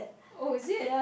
oh is it